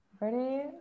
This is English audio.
Ready